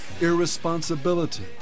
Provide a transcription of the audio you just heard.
irresponsibility